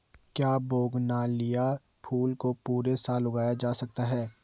क्या बोगनविलिया फूल को पूरे साल उगाया जा सकता है?